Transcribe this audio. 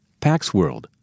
PAXworld